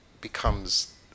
becomes